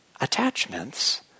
attachments